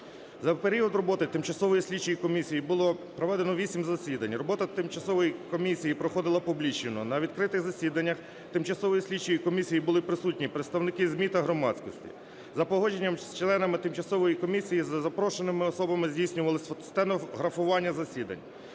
За період роботи тимчасової слідчої комісії було проведено 8 засідань. Робота тимчасової комісії проходила публічно. На відкритих засіданнях тимчасової слідчої комісії були присутні представники ЗМІ та громадськості. За погодженням з членами тимчасової комісії за запрошеними особами здійснювалося стенографування засідань.